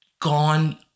gone